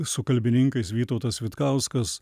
su kalbininkais vytautas vitkauskas